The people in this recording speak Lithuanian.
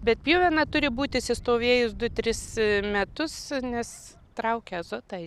bet pjuvena turi būt įsistovėjus du tris metus nes traukia azotą